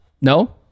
No